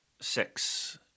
Six